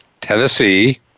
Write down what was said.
Tennessee